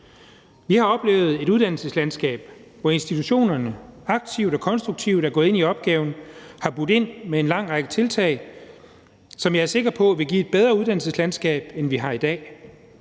Vi har oplevet et uddannelseslandskab, hvor institutionerne aktivt og konstruktivt er gået ind i opgaven og har budt ind med en lang række tiltag, som jeg er sikker på vil give et bedre uddannelseslandskab, end vi har i dag.